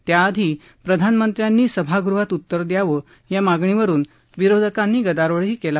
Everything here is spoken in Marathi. त्याआधी प्रधानमंत्र्यांनी सभागृहात उत्तर द्यावं या मागणीवरुन विरोधकांनी गदारोळ केला